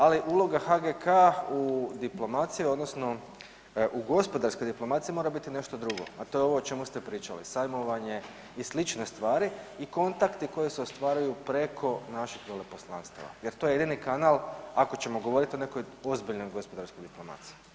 Ali uloga HGK u diplomaciji odnosno u gospodarskoj diplomaciji mora biti nešto drugo, a to je ovo o čemu ste pričali, sajmovanje i sl. stvari i kontakti koji se ostvaruju preko naših veleposlanstava jer to je jedini kanal ako ćemo govoriti o nekoj ozbiljnoj gospodarskoj diplomaciji.